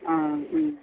ആ മ്മ്